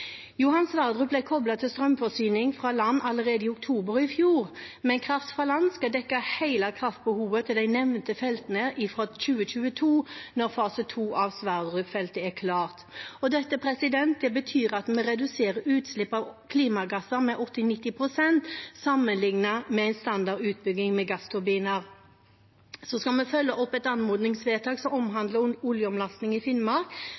ble koblet til strømforsyning fra land allerede i oktober i fjor, men kraft fra land skal dekke hele kraftbehovet til de nevnte feltene fra 2022, når fase 2 av Sverdrup-feltet er klart. Det betyr at vi reduserer utslippet av klimagasser med 80–90 pst. sammenlignet med en standard utbygging med gassturbiner. Vi skal også følge opp et anmodningsvedtak som omhandler oljeomlasting i Finnmark,